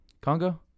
Congo